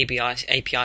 API